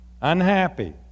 unhappy